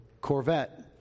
Corvette